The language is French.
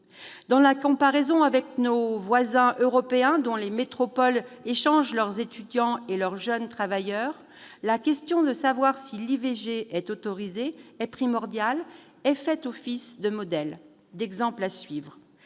Dans la comparaison avec nos voisins européens, dont les métropoles échangent leurs étudiants et leurs jeunes travailleurs, la question de savoir si l'IVG est autorisée est primordiale. Une réponse positive fait office de modèle, d'exemple à suivre.